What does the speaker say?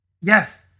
Yes